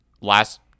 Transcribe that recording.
last